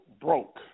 broke